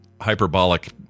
hyperbolic